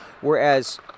whereas